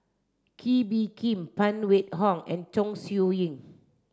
Kee Bee Khim Phan Wait Hong and Chong Siew Ying